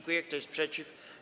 Kto jest przeciw?